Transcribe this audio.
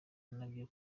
nabyo